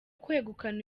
kwegukana